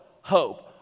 hope